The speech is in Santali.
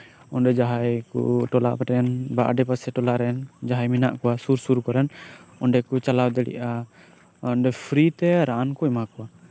ᱚᱱᱰᱮ ᱡᱟᱸᱦᱟᱭ ᱠᱚ ᱴᱚᱞᱟ ᱨᱮᱱ ᱵᱟ ᱟᱰᱮ ᱯᱟᱥᱮ ᱴᱚᱞᱟ ᱨᱮᱱ ᱡᱟᱸᱦᱟᱭ ᱢᱮᱱᱟᱜ ᱠᱚᱣᱟ ᱩᱨ ᱥᱩᱨ ᱠᱚᱨᱮᱱ ᱚᱱᱰᱮ ᱠᱚ ᱪᱟᱞᱟᱣ ᱫᱟᱲᱮᱭᱟᱜᱼᱟ ᱚᱱᱰᱮ ᱯᱷᱤᱨᱤᱛᱮ ᱨᱟᱱ ᱠᱚ ᱮᱢᱟ ᱠᱚᱣᱟ